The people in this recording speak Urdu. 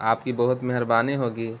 آپ کی بہت مہربانی ہوگی